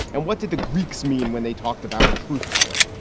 and what did the greeks mean when they talked about a truth teller?